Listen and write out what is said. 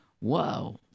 wow